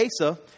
Asa